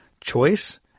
choice